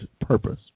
purpose